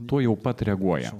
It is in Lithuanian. tuojau pat reaguoja